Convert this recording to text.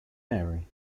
mary